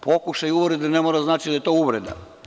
Pokušaj uvrede ne mora da znači da je to uvreda.